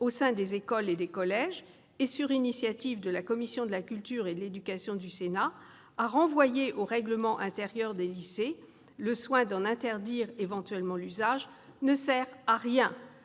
au sein des écoles et des collèges et, sur l'initiative de la commission de la culture, de l'éducation et de la communication du Sénat, à renvoyer aux règlements intérieurs des lycées le soin d'en interdire éventuellement l'usage, ne sert à rien,